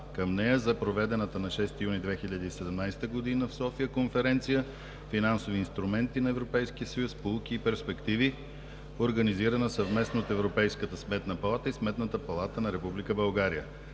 към нея за проведената на 6 юни 2017 г. в София конференция „Финансови инструменти на Европейския съюз, поуки и перспективи“, организирана съвместно с Европейската сметна палата и Сметната палата на Република България.